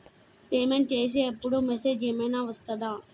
Payment చేసే అప్పుడు message ఏం ఐనా వస్తదా?